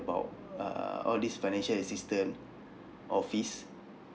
about uh all these financial assistant or fees